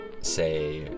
say